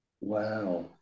wow